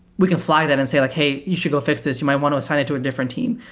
we can fly that and say like hey, you should go fix this. you might want to assign it to a different team.